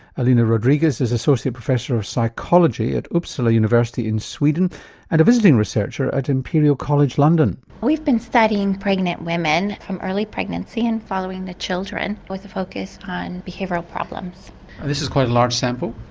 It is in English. alina rodriguez is associate professor of psychology at uppsala university in sweden and a visiting researcher at imperial college london. we've been studying pregnant women from early pregnancy and following the children with a focus on behavioural problems. and this is quite a large sample?